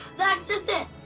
that's just it,